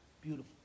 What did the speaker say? Beautiful